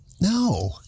No